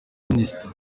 minister